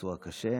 פצוע קשה,